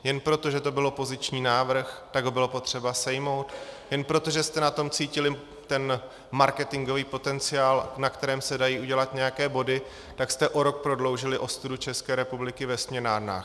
Jen proto, že to byl opoziční návrh, tak ho bylo sejmout, jen proto, že jste na tom cítili ten marketingový potenciál, na kterém se dají udělat nějaké body, tak jste o rok prodloužili ostudu České republiky ve směnárnách.